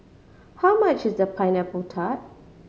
how much is Pineapple Tart